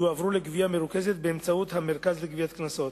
יועברו לגבייה מרוכזת באמצעות המרכז לגביית קנסות.